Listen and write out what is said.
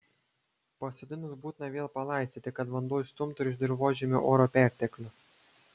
pasodinus būtina vėl palaistyti kad vanduo išstumtų ir dirvožemio oro perteklių